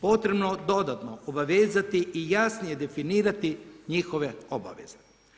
Potrebno je dodatno obavezati i jasnije definirati njihove obaveze.